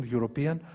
European